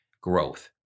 growth